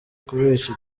kubica